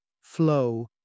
flow